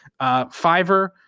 Fiverr